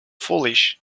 foolish